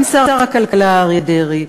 גם שר הכלכלה אריה דרעי,